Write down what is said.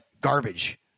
garbage